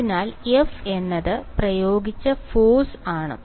അതിനാൽ F എന്നത് പ്രയോഗിച്ച ഫോഴ്സ് ആണ്